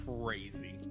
crazy